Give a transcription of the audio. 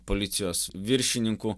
policijos viršininku